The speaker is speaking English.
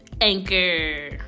Anchor